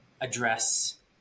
address